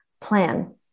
Plan